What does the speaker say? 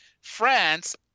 France